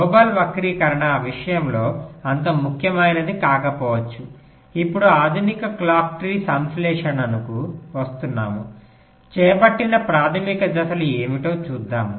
global వక్రీకరణ ఆ విషయంలో అంత ముఖ్యమైనది కాకపోవచ్చు ఇప్పుడు ఆధునిక క్లాక్ ట్రీ సంశ్లేషణకు వస్తున్నాము చేపట్టిన ప్రాథమిక దశలు ఏమిటో చూద్దాం